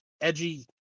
edgy